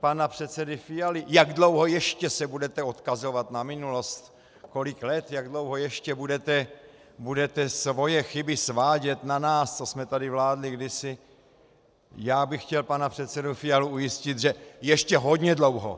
pana předsedy Fialy, jak dlouho ještě se budete odkazovat na minulost, kolik let, jak dlouho ještě budete svoje chyby svádět na nás, co jsme tady vládli kdysi já bych chtěl pana předsedu Fialu ujistit, že ještě hodně dlouho.